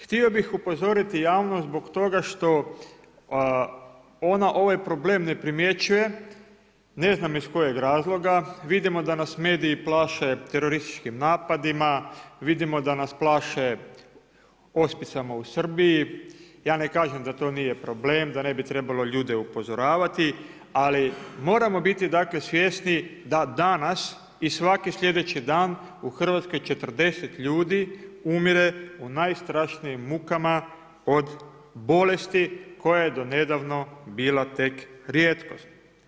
Htio bih upozoriti javnost zbog toga što ona ovaj problem ne primjećuje ne znam iz kojeg razloga, vidimo da nas mediji plaše terorističkim napadima, vidimo da nas plaše ospicama u Srbiji, ja ne kažem da to nije problem, da ne trebalo ljude upozorava, ali moramo biti svjesni da danas i svaki slijedeći dan u Hrvatskoj 40 ljudi umire u najstrašnijim mukama od bolesti koja je do nedavno bila tek rijetkost.